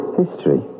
history